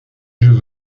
jeux